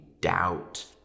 doubt